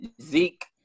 Zeke